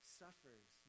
suffers